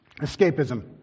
escapism